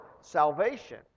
salvation